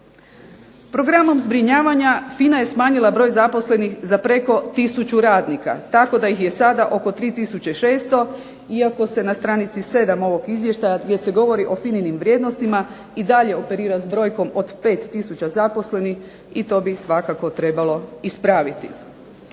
Programom zbrinjavanja FINA je smanjila broj zaposlenih za preko 1000 radnika, tako da ih je sada oko 3600 iako se na stranici 7. gdje se govori o FINA-inim vrijednostima i dalje operira brojkom od 5000 zaposlenih i to bi svakako trebalo ispraviti.